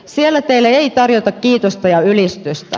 siellä teille ei tarjota kiitosta ja ylistystä